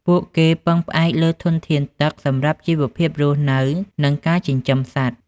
ពួកគេពឹងផ្អែកលើធនធានទឹកសម្រាប់ជីវភាពរស់នៅ និងការចិញ្ចឹមសត្វ។